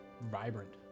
vibrant